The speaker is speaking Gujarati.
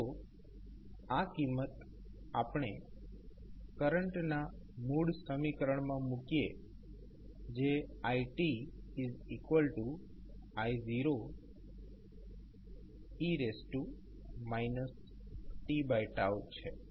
તો આ કિંમત આપણે કરંટના મૂળ સમીકરણમા મૂકીએ જે ii e tછે